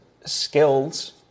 skills